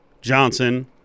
johnson